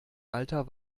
alter